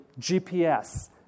GPS